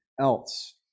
else